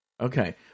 Okay